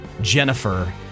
jennifer